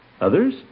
Others